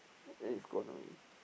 then it's gone already